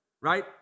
right